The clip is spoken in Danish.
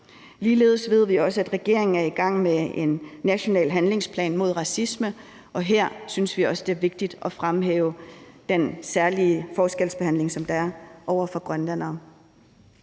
Ligeledes ved vi også, at regeringen er i gang med en national handlingsplan mod racisme, og her synes vi også, at det er vigtigt at fremhæve den særlige forskelsbehandling, som der er over for grønlændere.